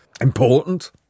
Important